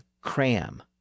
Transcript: cram